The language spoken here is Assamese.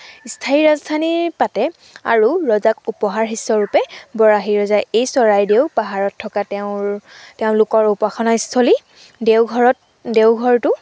স্থায়ী ৰাজধানী পাতে আৰু ৰজাক উপহাৰ স্বৰূপে বৰাহী ৰজাই এই চৰাইদেউ পাহাৰত থকা তেওঁৰ তেওঁলোকৰ উপাসনাস্থলী দেওঘৰত দেওঘৰটো